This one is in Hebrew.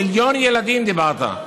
על מיליון ילדים דיברת.